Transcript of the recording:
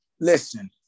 listen